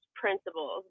principles